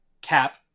Cap